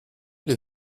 les